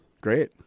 Great